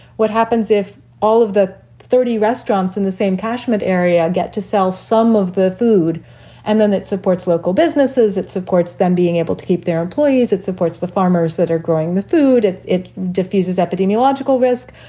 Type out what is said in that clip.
what happens if all of the thirty restaurants in the same catchment area get to sell some of the food and then it supports local businesses. it supports them being able to keep their employees. it supports the farmers that are growing the food. it diffuses epidemiological risk.